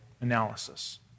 analysis